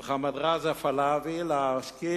ללמד אותנו משהו.